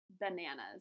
bananas